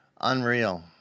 Unreal